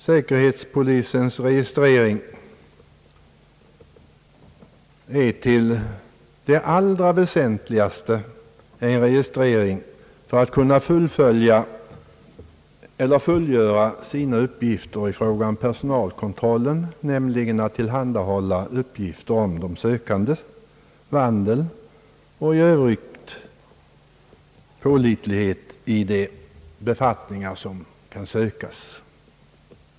Säkerhetspolisens registrering är till det allra väsentligaste en registrering för att polisen skall kunna fullgöra sina uppgifter i fråga om personalkontrollen, nämligen att kunna tillhandahålla uppgifter om de sökandes vandel och pålitlighet i övrigt i de befattningar som kan sökas.